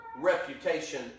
reputation